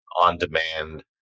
on-demand